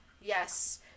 Yes